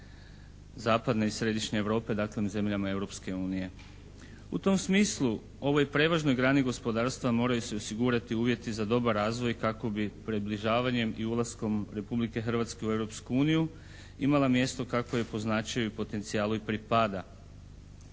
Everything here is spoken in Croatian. zapadne i središnje Europe, dakle zemljama Europske unije. U tom smislu ovoj prevažnoj grani gospodarstva moraju se osigurati uvjeti za dobar razvoj kako bi približavanjem i ulaskom Republike Hrvatske u Europsku uniju imala mjesto kakvo joj po značaju i potencijalu i pripada.